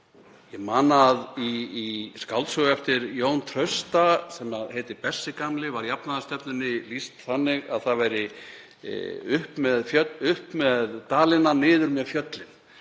Ég man að í skáldsögu eftir Jón Trausta sem heitir Bessi gamli var jafnaðarstefnunni lýst þannig að það væri „upp með dalina, niður með fjöllin“